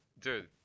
Dude